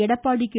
Edappadi K